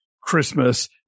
Christmas